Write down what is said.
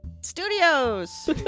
Studios